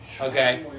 okay